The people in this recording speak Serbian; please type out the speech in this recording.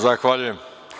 Zahvaljujem.